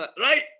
right